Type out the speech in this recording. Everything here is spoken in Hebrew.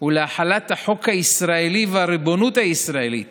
ולהחלת החוק הישראלי והריבונות הישראלית